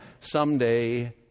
someday